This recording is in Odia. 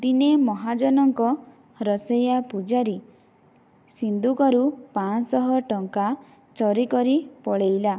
ଦିନେ ମହାଜନଙ୍କ ରୋଷେଇଆ ପୂଜାରୀ ସିନ୍ଦୁକରୁ ପାଁଶହ ଟଙ୍କା ଚୋରି କରି ପଳାଇଲା